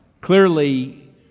Clearly